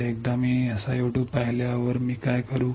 तर एकदा मी SiO2 पाहिले की मी काय करू